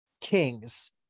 kings